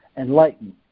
enlighten